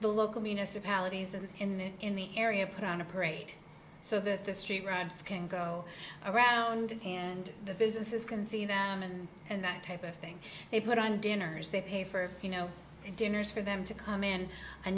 the local municipalities and in there in the area put on a parade so that the street rides can go around and the businesses can see them and and that type of thing they put on dinners they pay for you know dinners for them to come in a